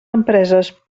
empreses